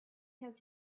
his